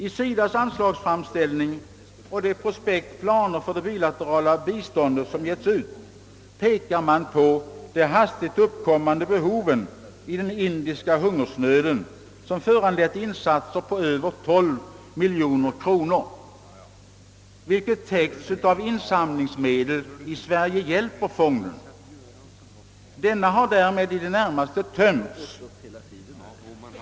I SIDA:s anslagsframställning och det projekt, »Planer för det bilaterala biståndet», som givits ut pekar man på de hastigt uppkommande behoven på grund av den indiska hungersnöden som föranlett insatser på över 12 miljoner kronor. Detta belopp har täckts av insamlingsmedel ur »Sverige hjälper»- fonden. Denna har därmed i det närmaste tömts.